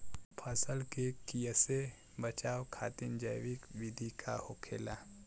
फसल के कियेसे बचाव खातिन जैविक विधि का होखेला?